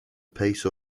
pace